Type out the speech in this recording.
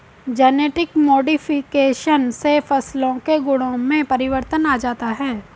genetic modification से फसलों के गुणों में परिवर्तन आ जाता है